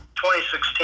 2016